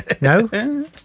No